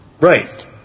right